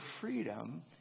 freedom